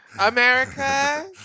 America